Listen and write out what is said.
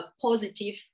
positive